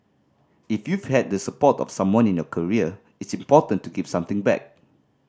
if you've had the support of someone in your career it's important to give something back